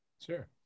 Sure